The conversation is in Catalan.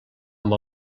amb